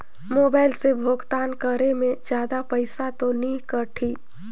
Mobile से भुगतान करे मे जादा पईसा तो नि कटही?